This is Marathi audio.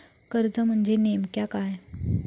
कर्ज म्हणजे नेमक्या काय?